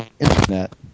internet